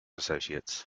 associates